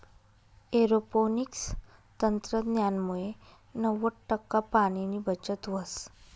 aeroponics तंत्रज्ञानमुये नव्वद टक्का पाणीनी बचत व्हस